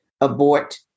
abort